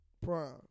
Prime